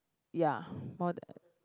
ya more the